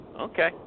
Okay